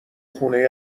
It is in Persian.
خونه